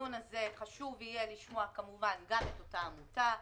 בדיון הזה חשוב יהיה לשמוע כמובן גם את אותה עמותה,